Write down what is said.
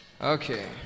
Okay